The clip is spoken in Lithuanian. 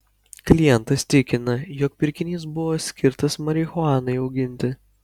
klientas tikina jog pirkinys buvo skirtas marihuanai auginti